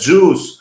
Jews